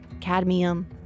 cadmium